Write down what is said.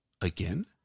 Again